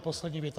Poslední věta.